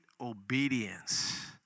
obedience